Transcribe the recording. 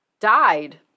Died